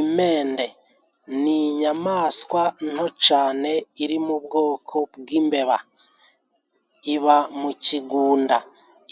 Imende ni inyamaswa nto cane iri mu bwoko bw'imbeba, iba mu kigunda,